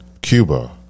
Cuba